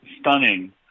stunning